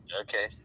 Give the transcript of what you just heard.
Okay